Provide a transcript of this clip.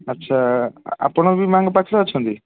ଆଚ୍ଛା ଆପଣ ବି ମାଆଙ୍କ ପାଖରେ ଅଛନ୍ତି